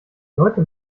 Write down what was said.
leute